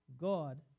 God